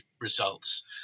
results